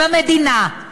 והמדינה,